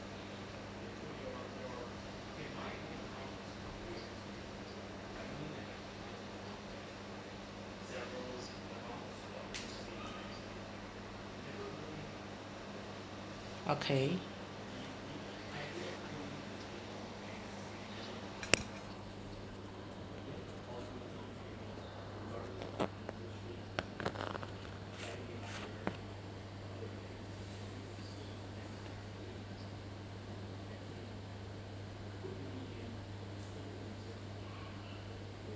okay